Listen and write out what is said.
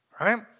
Right